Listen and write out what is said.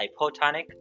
hypotonic